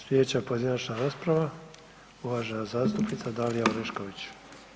Sljedeća pojedinačna rasprava uvažena zastupnica Dalija Orešković.